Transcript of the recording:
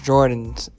Jordans